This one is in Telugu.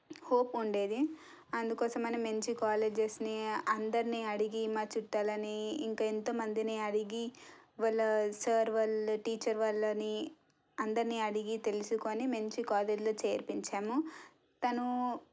హోప్ ఉండేది అందుకోసమని మంచి కాలేజస్ని అందరినీ అడిగి మా చుట్టాలని ఇంకా ఎంతో మందిని అడిగి వాళ్ళ సార్ వాళ్ళ టీచర్ వాళ్ళని అందరినీ అడిగి తెలుసుకొని మంచి కాలేజీలో చేర్పించాము తనూ